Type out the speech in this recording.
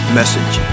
message